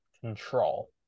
control